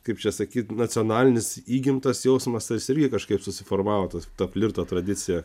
kaip čia sakyti nacionalinis įgimtas jausmas tas irgi kažkaip susiformavo tas ta flirto tradicija